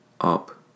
up